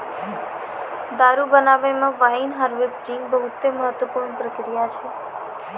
दारु बनाबै मे वाइन हार्वेस्टिंग बहुते महत्वपूर्ण प्रक्रिया छै